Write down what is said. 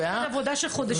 זאת עבודה של חודשים